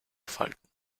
falten